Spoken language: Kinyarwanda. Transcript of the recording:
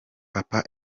papa